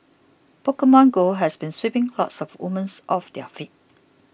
Pokemon Go has been sweeping lots of women off their feet